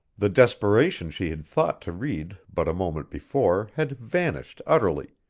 the desperation she had thought to read but a moment before had vanished utterly,